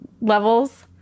levels